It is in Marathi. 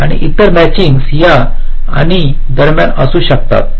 आणि इतर मॅचिंगस या आणि या दरम्यान असू शकतात